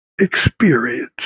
experience